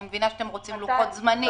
אני מבינה שאתם רוצים לוחות זמנים.